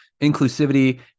inclusivity